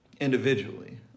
individually